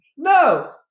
No